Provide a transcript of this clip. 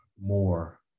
more